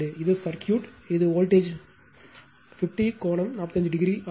இது சர்க்யூட் இது வோல்ட்டேஜ் 50 கோணம் 45 டிகிரி ஆகும்